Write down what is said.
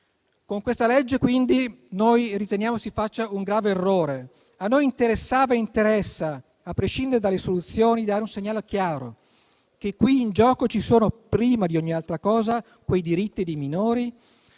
Con questa legge, quindi, noi riteniamo si faccia un grave errore. A noi interessava ed interessa, a prescindere dalle soluzioni, dare un segnale chiaro: che in gioco qui ci sono, prima di ogni altra cosa, i diritti dei minori;